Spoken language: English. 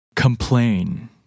Complain